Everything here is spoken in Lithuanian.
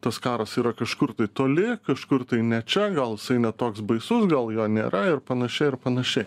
tas karas yra kažkur toli kažkur tai ne čia gal ne toks baisus gal jo nėra ir panašiai ir panašiai